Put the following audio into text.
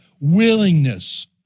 willingness